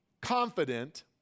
confident